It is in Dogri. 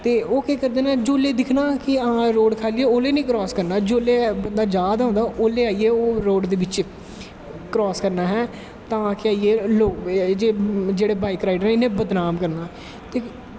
ओह् केह् करदे न कि जिसले दिक्खनां रोड़ खाल्ली होऐ उसले ना क्रास करनां जिसले जा दे होंदे उसले रोड़ दी बिच्च आईयै क्रास करनां असैं तां आक्खेआ जेह्ड़े बाईक राईडर न इनेंगी बदनाम करनां